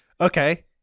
Okay